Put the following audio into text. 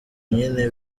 nyine